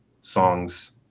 songs